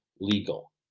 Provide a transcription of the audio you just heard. legal